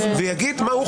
יומיים?